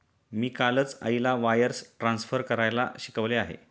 मी कालच आईला wires transfer करायला शिकवले आहे